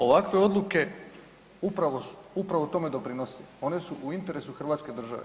Ovakve odluke upravo tome doprinose, one su u interesu Hrvatske države.